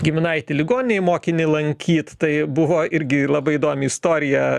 giminaitį ligoninėj mokinį lankyt tai buvo irgi labai įdomi istorija